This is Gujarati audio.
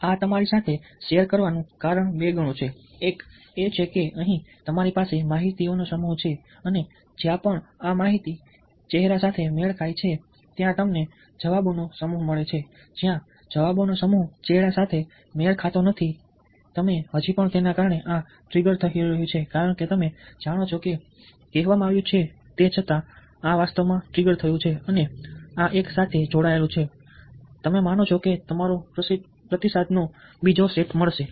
આ શેર કરવાનું કારણ બે ગણું છે એક એ છે કે અહીં તમારી પાસે માહિતીનો સમૂહ છે અને જ્યાં પણ આ માહિતી ચહેરા સાથે મેળ ખાય છે ત્યાં તમને જવાબોનો સમૂહ મળે છે જ્યાં જવાબોનો સમૂહ ચહેરા સાથે મેળ ખાતો નથી તમે હજી પણ તેના કારણે આ ટ્રિગર થઈ રહ્યું છે કારણ કે તમે જાણો છો કે જે કહેવામાં આવ્યું છે તે છતાં આ વાસ્તવમાં ટ્રિગર થયું છે અને આ એકસાથે જોડાયેલું છે અને તમે માનો છો કે તમને પ્રતિસાદનો બીજો સેટ મળશે